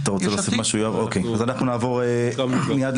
לא אני לא.